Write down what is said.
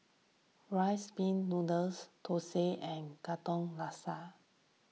Rice Pin Noodles Thosai and Katong Laksa